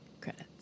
Credits